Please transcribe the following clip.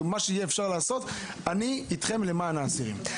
ומה שאפשר יהיה לעשות אני אתכם למען האסירים.